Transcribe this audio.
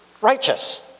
righteous